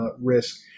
risk